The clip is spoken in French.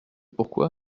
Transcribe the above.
pourquoi